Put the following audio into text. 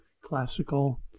classical